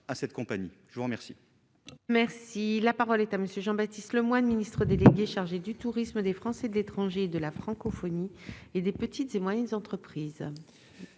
à cette compagnie, je vous remercie.